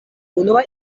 unua